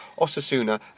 Osasuna